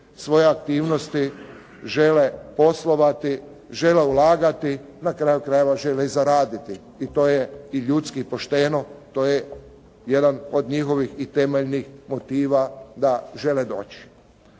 te aktivnosti, žele poslovati, žele ulagati. Na kraju krajeva žele i zaraditi. I to je i ljudski i pošteno. To je jedan od njihovih i temeljnih motiva da žele doći.